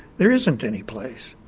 there isn't anyplace,